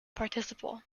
participle